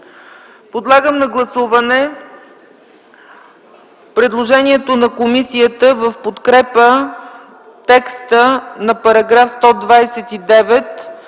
Подлагам на гласуване предложението на комисията в подкрепа текста на § 129,